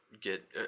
get